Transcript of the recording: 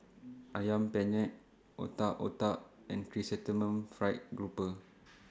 Ayam Penyet Otak Otak and Chrysanthemum Fried Grouper